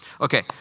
Okay